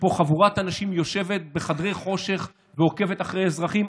שפה חבורת אנשים יושבת בחדרי חושך ועוקבת אחרי אזרחים,